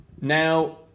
now